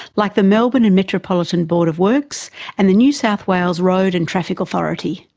like the melbourne and metropolitan board of works and the new south wales roads and traffic authority.